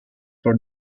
for